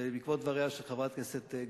בעקבות דבריה של חברת הכנסת גלאון.